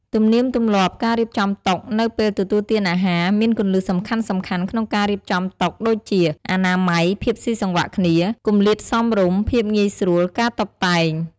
ទំនៀមទម្លាប់ ការរៀបចំតុ នៅពេលទទួលទានអាហារមានគន្លឹះសំខាន់ៗក្នុងការរៀបចំតុដូចជា អនាម័យ ភាពស៊ីសង្វាក់គ្នា គម្លាតសមរម្យ ភាពងាយស្រួល ការតុបតែង។